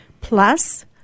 plus